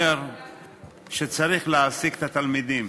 שצריך להעסיק את התלמידים,